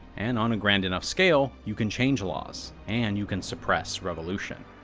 and on a grand enough scale, you can change laws, and you can suppress revolution.